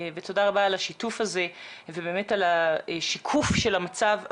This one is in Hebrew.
ותודה רבה על השיתוף הזה ובאמת על השיקוף של המצב עבורנו.